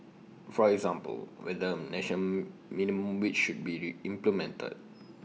for example whether A national minimum wage should be implemented